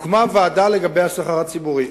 הוקמה ועדה לגבי השכר הציבורי,